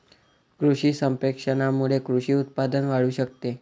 कृषी संप्रेषणामुळे कृषी उत्पादन वाढू शकते